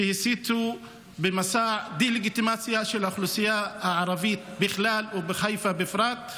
שהסיתו במסע דה-לגיטימציה של האוכלוסייה הערבית בכלל ובחיפה בפרט.